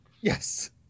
Yes